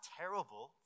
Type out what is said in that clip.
terrible